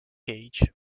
gauge